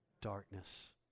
Darkness